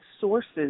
sources